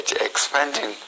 expanding